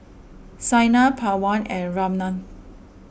Saina Pawan and Ramnath